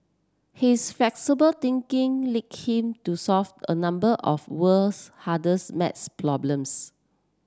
his flexible thinking him to solve a number of world's hardest maths problems